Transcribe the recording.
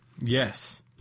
Yes